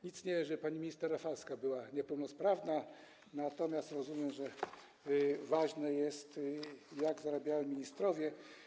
Nic nie wiem, żeby pani minister Rafalska była niepełnosprawna, natomiast rozumiem, że ważne jest, jak zarabiają ministrowie.